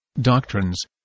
doctrines